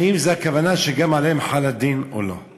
האם לזה הכוונה, שגם עליהם חל הדין או לא,